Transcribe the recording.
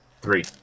three